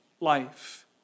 life